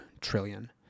trillion